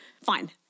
fine